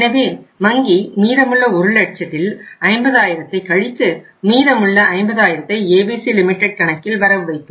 எனவே வங்கி மீதமுள்ள 1 லட்சத்தில் 50 ஆயிரத்தை கழித்து மீதமுள்ள 50 ஆயிரத்தை ABC லிமிடெட் கணக்கில் வரவு வைக்கும்